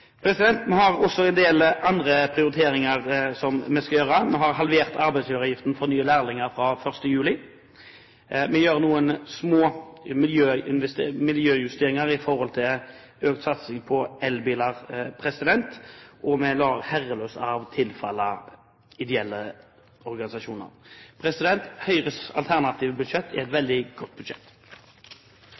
Vi har også en del andre prioriteringer som vi skal gjøre. Vi har halvert arbeidsgiveravgiften for nye lærlinger fra 1. juli. Vi gjør noen små miljøjusteringer i forhold til økt satsing på elbiler, og vi lar herreløs arv tilfalle ideelle organisasjoner. Høyres alternative budsjett er et veldig godt budsjett.